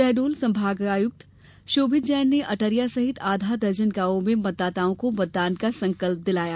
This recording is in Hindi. शहडोल संभागायुक्त शोभित जैन ने अटरिया सहित आधा दर्जन गांवों में मतदाताओं को मतदान का संकल्प दिलाया